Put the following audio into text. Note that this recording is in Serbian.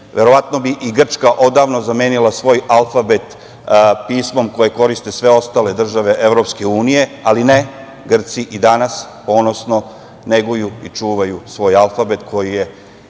verovatno bi i Grčka odavno zamenila svoj alfabet pismom koje koriste sve ostale države Evropske unije, ali ne, Grci i danas ponosno neguju i čuvaju svoj alfabet, koji je